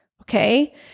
okay